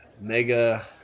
mega